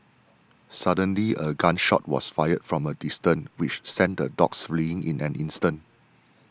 suddenly a gun shot was fired from a distance which sent the dogs fleeing in an instant